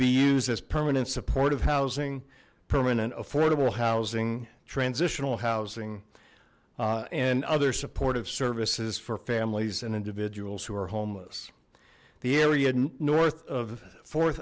be used as permanent supportive housing permanent affordable housing transitional housing and other supportive services for families and individuals who are homeless the area north of